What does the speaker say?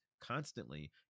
constantly